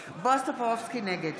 טופורובסקי, נגד